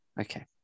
Okay